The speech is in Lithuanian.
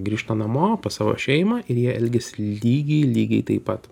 grįžta namo pas savo šeimą ir jie elgiasi lygiai lygiai taip pat